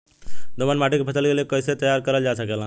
दोमट माटी के फसल के लिए कैसे तैयार करल जा सकेला?